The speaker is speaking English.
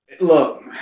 Look